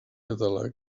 català